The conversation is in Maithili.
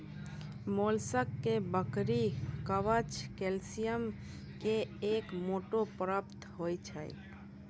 मोलस्क के बाहरी कवच कैल्सियम के एक मोटो परत होय छै